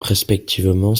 respectivement